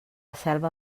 selva